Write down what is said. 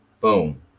boom